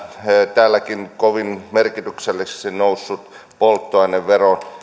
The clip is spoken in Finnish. täälläkin kovin merkitykselliseksi noussut polttoaineveron